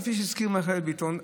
כפי שהזכיר מיכאל ביטון,